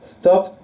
Stop